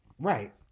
Right